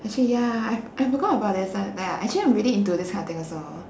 actually ya I f~ I forgot about that ya actually I am really into this kind of thing also